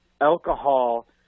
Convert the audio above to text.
alcohol